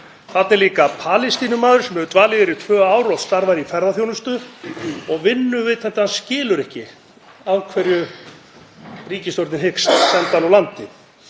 Þarna er líka Palestínumaður sem hefur dvalið hér í tvö ár og starfað í ferðaþjónustu og vinnuveitandi hans skilur ekki af hverju ríkisstjórnin hyggst senda hann úr landi.